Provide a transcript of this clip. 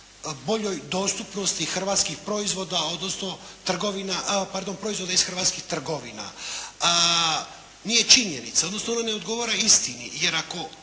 boljoj dostupnosti hrvatskih proizvoda, odnosno trgovina, pardon proizvoda iz hrvatskih trgovina. Nije činjenica, odnosno ona ne odgovara istini. Jer ako